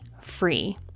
free